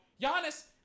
Giannis